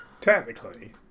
Technically